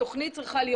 התוכנית צריכה להיות